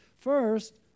First